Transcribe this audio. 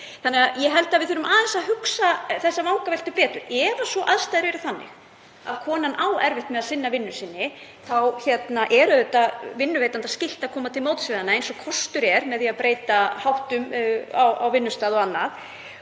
gildi. Ég held að við þurfum aðeins að hugsa þessar vangaveltur betur. Ef aðstæður eru þannig að konan á erfitt með að sinna vinnu sinni þá er vinnuveitanda auðvitað skylt að koma til móts við hana eins og kostur er með því að breyta háttum á vinnustað og annað.